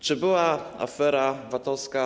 Czy była afera VAT-owska?